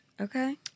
Okay